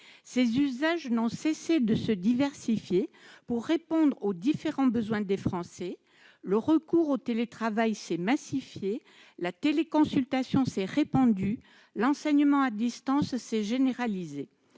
Ses usages n'ont cessé de se diversifier pour répondre aux différents besoins des Français : le recours au télétravail s'est massifié, la téléconsultation s'est répandue, l'enseignement à distance s'est généralisé.